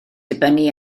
dibynnu